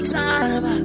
time